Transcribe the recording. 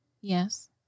Yes